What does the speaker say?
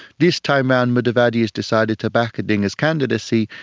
this time around mudavadi has decided to back odinga's candidacy,